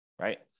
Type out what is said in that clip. right